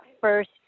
first